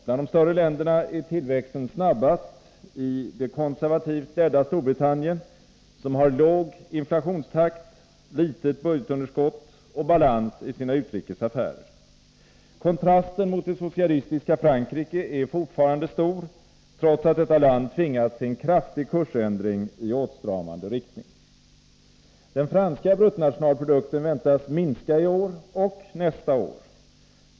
Bland de större länderna är tillväxten snabbast i det konservativt ledda Storbritannien, som har låg inflationstakt, litet budgetunderskott och balans i sina utrikes affärer. Kontrasten mot det socialistiska Frankrike är fortfarande stor, trots att detta land tvingats till en kraftig kursförändring i åtstramande riktning. Den franska bruttonationalprodukten väntas minska i år och nästa år.